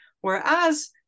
Whereas